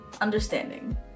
Understanding